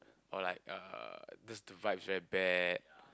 or like uh just the vibe is very bad